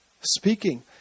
speaking